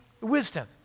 wisdom